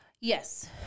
Yes